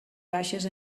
baixes